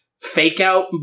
Fake-out